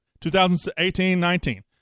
2018-19